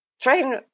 train